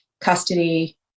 custody